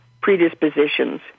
predispositions